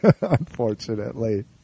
Unfortunately